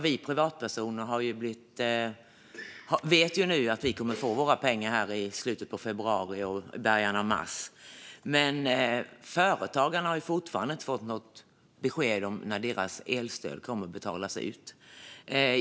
Vi privatpersoner vet nu att vi kommer att få våra pengar i slutet av februari och början av mars, men företagarna har fortfarande inte fått något besked om när deras elstöd kommer att betalas ut.